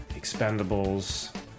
Expendables